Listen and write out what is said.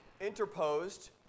interposed